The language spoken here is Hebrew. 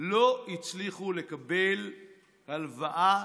לא הצליחו לקבל הלוואה.